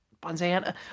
Bonanza